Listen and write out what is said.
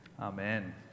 Amen